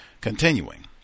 Continuing